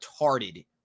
retarded